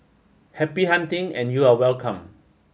happy hunting and you are welcome